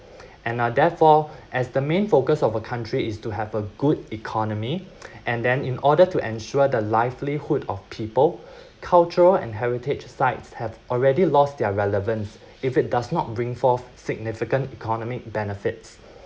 and uh therefore as the main focus of a country is to have a good economy and then in order to ensure the livelihood of people cultural and heritage sites have already lost their relevance if it does not bring forth significant economic benefits